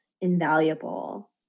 invaluable